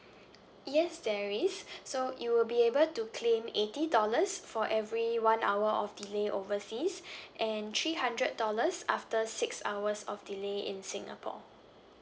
yes there is so you will be able to claim eighty dollars for every one hour of delay overseas and three hundred dollars after six hours of delay in singapore